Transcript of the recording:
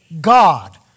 God